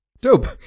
Dope